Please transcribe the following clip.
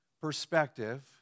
perspective